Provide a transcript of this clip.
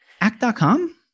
act.com